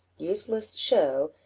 useless show,